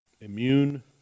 immune